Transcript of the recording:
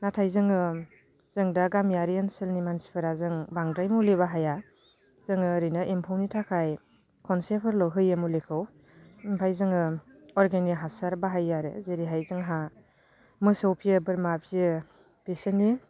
नाथाय जोङो जों दा गामियारि ओनसोलनि मानसिफोरा जों बांद्राय मुलि बाहाया जोङो ओरैनो एम्फौनि थाखाय खनसेफोरल' होयो मुलिफोरखौ ओमफ्राय जोङो अर्गेनिक हासार बाहायो आरो जेरैहाय जोंहा मोसौ फियो बोरमा फियो बिसोरनि